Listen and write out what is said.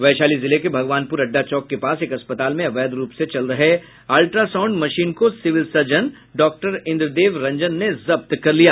वैशाली जिले के भगवानपूर अड्डा चौक के पास एक अस्पताल में अवैध रूप से चल रहे अल्ट्रासाउंड मशीन को civil surgeon doctor Indradev Ranjan ने जब्त कर लिया